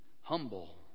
humble